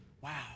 Wow